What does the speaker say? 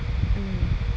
mm